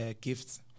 gifts